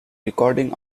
recording